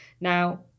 Now